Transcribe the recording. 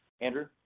Andrew